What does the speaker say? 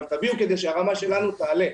אבל תביאו כדי שהרמה שלנו תעלה.